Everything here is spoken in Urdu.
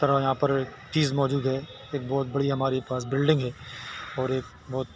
طرح یہاں پر چیز موجود ہے ایک بہت بڑی ہمارے پاس بلڈنگ ہے اور ایک بہت